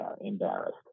embarrassed